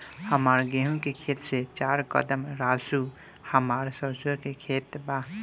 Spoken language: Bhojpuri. हमार गेहू के खेत से चार कदम रासु हमार सरसों के खेत बा